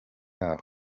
aho